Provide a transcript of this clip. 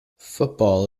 football